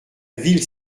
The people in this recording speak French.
ville